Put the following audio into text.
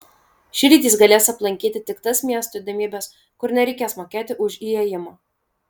šįryt jis galės aplankyti tik tas miesto įdomybes kur nereikės mokėti už įėjimą